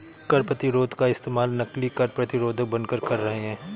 कर प्रतिरोध का इस्तेमाल नकली कर प्रतिरोधक बनकर कर रहे हैं